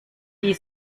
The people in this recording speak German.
die